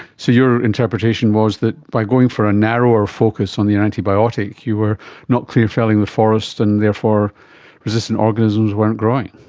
so your interpretation was that by going for a narrower focus on the antibiotic you were not clear-felling the forest and therefore resistant organisms weren't growing.